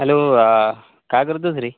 hello काय करतोस रे